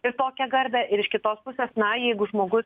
ir tokią garbę ir iš kitos pusės na jeigu žmogus